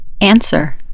Answer